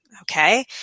Okay